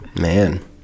Man